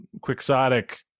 quixotic